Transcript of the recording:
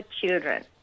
children